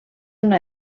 una